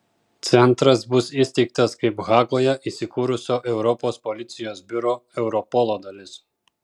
centras bus įsteigtas kaip hagoje įsikūrusio europos policijos biuro europolo dalis